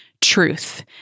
truth